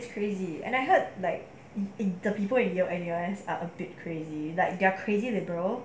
it's crazy and I heard like in the people at yale N_U_S are a bit crazy like they're crazy liberal